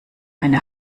eine